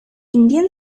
indian